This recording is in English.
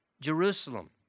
Jerusalem